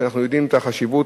שאנחנו יודעים את החשיבות,